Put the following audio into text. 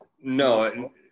no